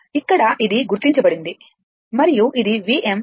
ఇక్కడ ఇది గుర్తించబడింది మరియు ఇది Vm